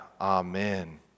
Amen